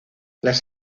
las